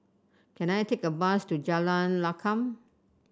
can I take a bus to Jalan Lakum